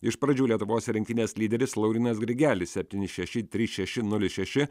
iš pradžių lietuvos rinktinės lyderis laurynas grigelis septyni šeši trys šeši nulis šeši